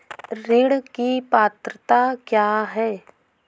ऋण की पात्रता क्या है?